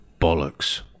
bollocks